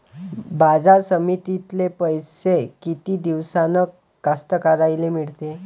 बाजार समितीतले पैशे किती दिवसानं कास्तकाराइले मिळते?